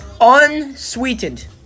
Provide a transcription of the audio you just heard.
Unsweetened